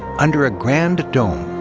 under a grand dome,